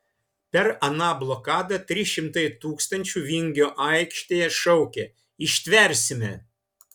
per aną blokadą trys šimtai tūkstančių vingio aikštėje šaukė ištversime